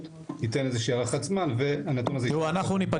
ייתן איזה שהיא הערכת זמן והנתון הזה יישלח